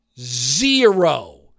zero